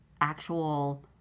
actual